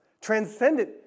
transcendent